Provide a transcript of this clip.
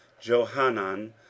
Johanan